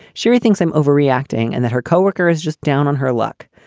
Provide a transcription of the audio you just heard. sherry thinks i'm overreacting and that her co-worker is just down on her luck.